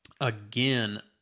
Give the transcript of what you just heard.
again